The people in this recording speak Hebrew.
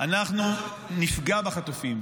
אנחנו נפגע בחטופים.